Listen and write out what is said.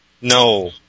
No